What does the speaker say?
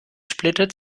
splitter